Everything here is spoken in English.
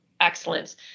excellence